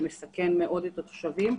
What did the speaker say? ומסכן מאוד את התושבים,